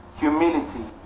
humility